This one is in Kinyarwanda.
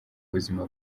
buzima